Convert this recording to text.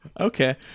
Okay